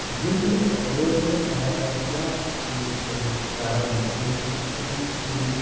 زِندٕ روزنہٕ باپتھ کیٛاہ چھُو تُہۍ کران تُہۍ کِتھ کٔنۍ چھُو